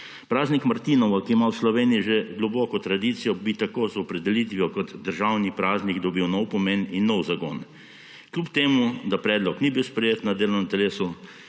Praznik martinovo, ki ima v Sloveniji že globoko tradicijo, bi tako z opredelitvijo kot državni praznik dobil nov pomen in nov zagon. Kljub temu da predlog ni bil sprejet na delovnem telesu,